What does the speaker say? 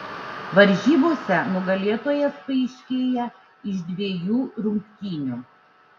varžybose nugalėtojas paaiškėja iš dviejų rungtynių